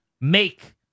make